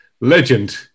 legend